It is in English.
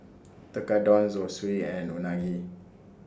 Tekkadon Zosui and Unagi